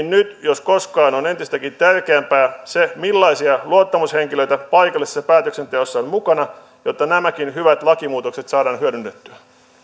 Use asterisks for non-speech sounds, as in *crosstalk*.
*unintelligible* nyt jos koskaan on entistäkin tärkeämpää se millaisia luottamushenkilöitä paikallisessa päätöksenteossa on mukana jotta nämäkin hyvät lakimuutokset saadaan hyödynnettyä